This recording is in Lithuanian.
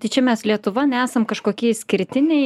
tai čia mes lietuva nesam kažkokie išskirtiniai